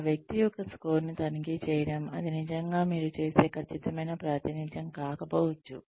ఆ వ్యక్తి యొక్క స్కోర్ను తనిఖీ చేయడం అది నిజంగా మీరు చేసే ఖచ్చితమైన ప్రాతినిధ్యం కాకపోవచ్చు